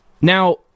Now